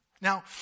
Now